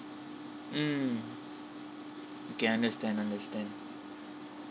mm okay understand understand